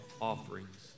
offerings